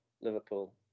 Liverpool